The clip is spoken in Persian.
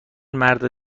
مرد